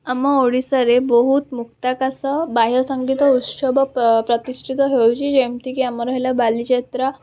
ଆମ ଓଡ଼ିଶାରେ ବହୁତ ମୁକ୍ତାକାଶ ବାହ୍ୟ ସଙ୍ଗୀତ ଉତ୍ସବ ପ୍ରତିଷ୍ଠିତ ହେଉଛି ଯେମିତିକି ଆମର ହେଲା ବାଲିଯାତ୍ରା